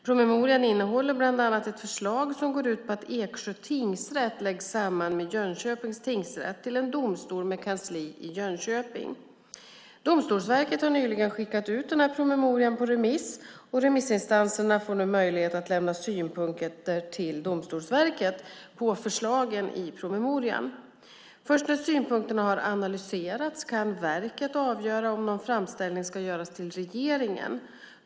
Promemorian innehåller bland annat ett förslag som går ut på att Eksjö tingsrätt läggs samman med Jönköpings tingsrätt till en domstol med kansli i Jönköping. Domstolsverket har nyligen skickat ut promemorian på remiss. Remissinstanserna får nu möjlighet att lämna synpunkter till verket på förslagen i promemorian. Först när synpunkterna har analyserats kan verket avgöra om någon framställning ska göras till regeringen.